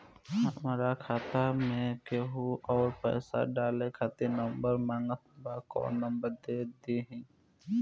हमार खाता मे केहु आउर पैसा डाले खातिर नंबर मांगत् बा कौन नंबर दे दिही?